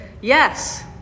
yes